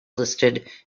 listed